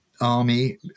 army